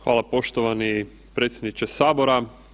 Hvala poštovani predsjedniče Sabora.